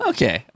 Okay